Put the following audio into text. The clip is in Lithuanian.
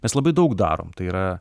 mes labai daug darom tai yra